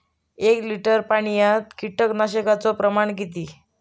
एक लिटर पाणयात कीटकनाशकाचो प्रमाण किती?